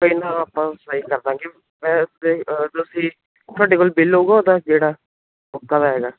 ਪਹਿਲਾਂ ਆਪਾਂ ਸਰਾਈ ਕਰ ਦਾਂਗੇ ਤੁਸੀਂ ਤੁਹਾਡੇ ਕੋਲ ਬਿੱਲ ਹੋਊਗਾ ਉਹਦਾ ਜਿਹੜਾ ਪੱਕਾ ਲਾਇਆ ਗਾ